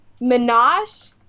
Minaj